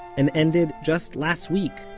and ended just last week,